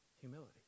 humility